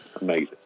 amazing